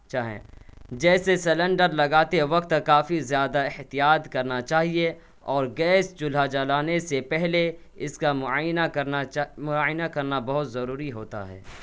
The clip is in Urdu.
چاہیں جیسے سلنڈر لگاتے وقت کافی زیادہ احتیاط کرنا چاہیے اور گیس چولہا جلانے سے پہلے اس کا معائنہ کرنا چا معائنہ کرنا بہت ضروری ہوتا ہے